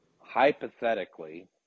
hypothetically